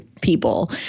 people